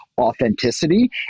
authenticity